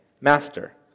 Master